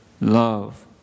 love